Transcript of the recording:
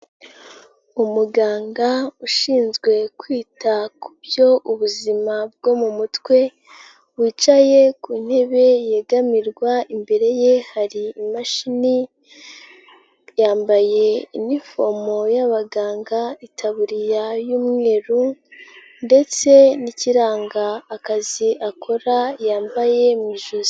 Umuganga ushinzwe kwita ku byo ubuzima bwo mu mutwe wicaye ku ntebe yegamirwa imbere ye hari imashini, yambaye inifomo y'abaganga itaburiya y'umweru ndetse n'ikiranga akazi akora yambaye mu ijosi.